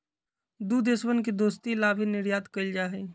दु देशवन के दोस्ती ला भी निर्यात कइल जाहई